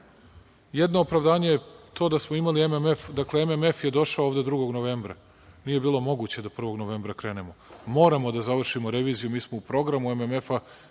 Jedno opravdanje je to da smo imali MMF. Dakle, MMF je došao ovde 2. novembra. Nije bilo moguće da 1. novembra krenem. Moramo da završimo reviziju, mi smo u programu MMF,